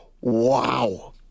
Wow